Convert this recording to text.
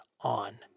on